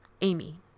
Amy